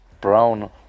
brown